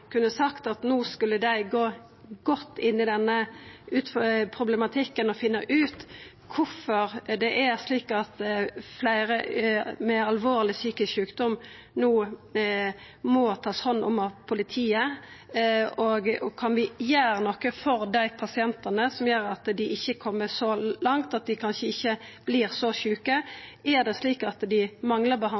kunne sagt at no skulle dei gå godt inn i denne problematikken og finne ut kvifor det er slik at fleire med alvorleg psykisk sjukdom no må takast hand om av politiet. Kan vi gjera noko for dei pasientane som gjer at dei ikkje kjem så langt, at dei kanskje ikkje vert så sjuke? Er det slik at dei manglar